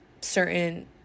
certain